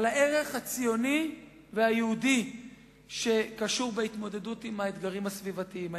על הערך הציוני והיהודי שקשור בהתמודדות עם האתגרים הסביבתיים.